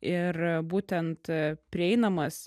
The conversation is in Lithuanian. ir būtent prieinamas